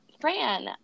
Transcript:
Fran